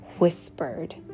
whispered